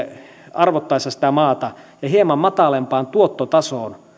arvotettaessa sitä maata ja hieman matalampaan tuottotasoon